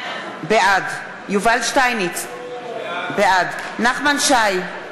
בעד יובל שטייניץ, בעד נחמן שי,